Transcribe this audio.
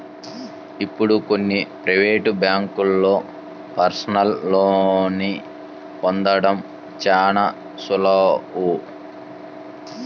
ఇప్పుడు కొన్ని ప్రవేటు బ్యేంకుల్లో పర్సనల్ లోన్ని పొందడం చాలా సులువు